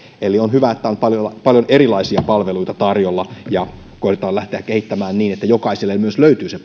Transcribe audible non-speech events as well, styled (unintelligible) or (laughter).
eli on hyvä että on paljon erilaisia palveluita tarjolla ja koetetaan lähteä kehittämään asioita niin että jokaiselle myös löytyy se (unintelligible)